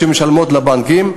שהן משלמות לבנקים,